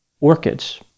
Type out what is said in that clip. orchids